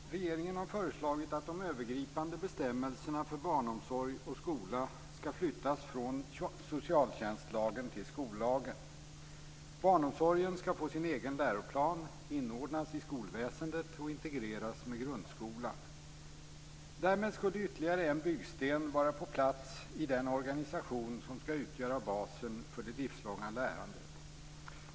Herr talman! Regeringen har föreslagit att de övergripande bestämmelserna för barnomsorgen och skolan skall flyttas från socialtjänstlagen till skollagen. Barnomsorgen skall få sin egen läroplan, inordnas i skolväsendet och integreras med grundskolan. Därmed skulle ytterligare en byggsten vara på plats i den organisation som skall utgöra basen för det livslånga lärandet.